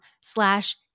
slash